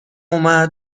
اومد